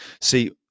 See